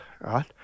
right